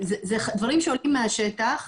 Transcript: אלה דברים שעולים מהשטח,